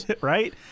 Right